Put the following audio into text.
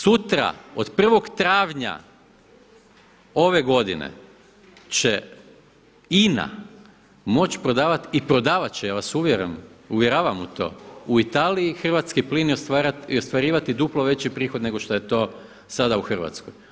Sutra od 1. travnja ove godine će INA moć prodavat i prodavat će, ja vas uvjeravam u to u Italiji hrvatski plin i ostvarivati duplo veći prihod nego što je to sada u Hrvatskoj.